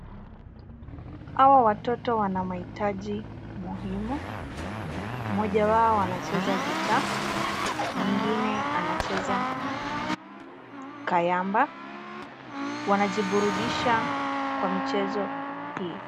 Hawa watoto wana mahitaji muhimu. Mmoja wao anacheza gita, mwingine anacheza kayamba, wanajiburudisha kwa michezo hii.